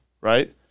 right